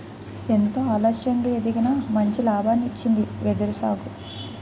ఎంతో ఆలస్యంగా ఎదిగినా మంచి లాభాల్నిచ్చింది వెదురు సాగు